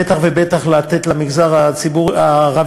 בטח ובטח לתת למגזר הערבי,